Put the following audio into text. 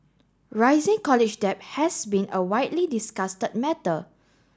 rising college debt has been a widely discussed matter